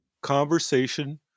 conversation